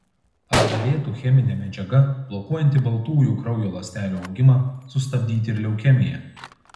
ar galėtų cheminė medžiaga blokuojanti baltųjų kraujo ląstelių augimą sustabdyti ir leukemiją